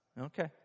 Okay